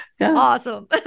awesome